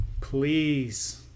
Please